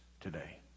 today